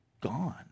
gone